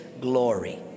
glory